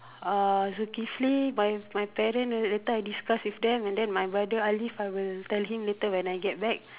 uh Zukifli my my parents later I discuss with them and then my brother Alif I will tell him later when I get back